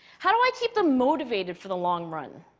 how do i keep them motivated for the long run?